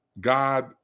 God